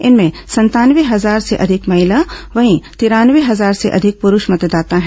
इनमें संतानवे हजार से अधिक महिला वहीं तिरानवे हजार से अधिक प्ररूष मतदाता हैं